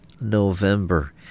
November